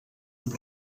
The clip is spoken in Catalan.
amb